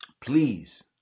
please